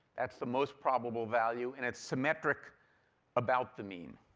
that's the most probable value, and it's symmetric about the mean.